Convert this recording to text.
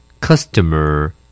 Customer